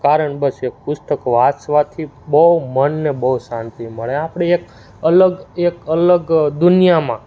કારણ બસ એક પુસ્તક વાંચવાથી બહુ મનને બહુ શાંતિ મળે આપણે એક અલગ એક અલગ દુનિયામાં